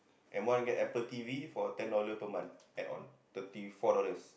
M-one get Apple T_V for ten dollar per month add on thirty four dollars